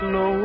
no